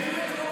יריב,